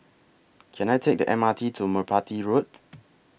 Can I Take The M R T to Merpati Road